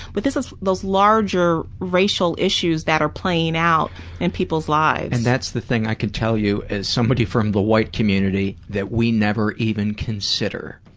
but this was those larger racial issues that are playing out in people's lives. and that's the thing i could tell as somebody from the white community that we never even consider,